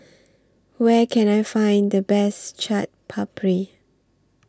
Where Can I Find The Best Chaat Papri